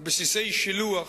בסיסי שילוח,